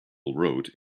wrote